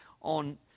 on